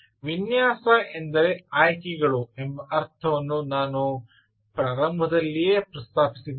ವಿನ್ಯಾಸ ಎಂದರೆ ಆಯ್ಕೆಗಳು ಎಂಬ ಅರ್ಥವನ್ನು ನಾನು ಪ್ರಾರಂಭದಲ್ಲಿಯೇ ಪ್ರಸ್ತಾಪಿಸಿದ್ದೇನೆ